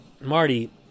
Marty